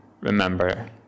remember